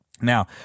Now